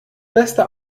beste